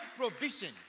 provision